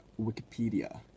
Wikipedia